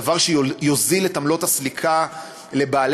דבר שיוזיל את עמלות הסליקה לבעלי